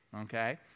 okay